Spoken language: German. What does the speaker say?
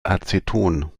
aceton